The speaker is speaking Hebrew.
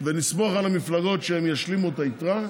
ונסמוך על המפלגות שישלימו את היתרה.